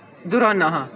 ਦੁਹਰਾਨਾ ਹਾਂ